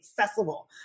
accessible